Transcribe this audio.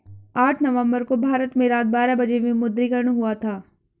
आठ नवम्बर को भारत में रात बारह बजे विमुद्रीकरण हुआ था